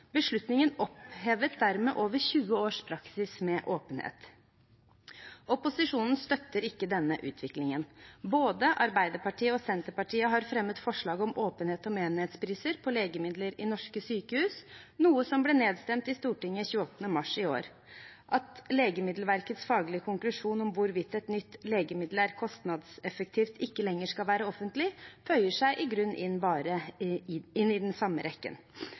Beslutningen opphevet dermed over 20 års praksis med åpenhet. Opposisjonen støtter ikke denne utviklingen. Både Arbeiderpartiet og Senterpartiet har fremmet forslag om åpenhet om enhetspriser på legemidler i norske sykehus, noe som ble nedstemt i Stortinget 28. mars i år. At Legemiddelverkets faglige konklusjon om hvorvidt et nytt legemiddel er kostnadseffektivt, ikke lenger skal være offentlig, føyer seg i grunnen bare inn i den samme rekken.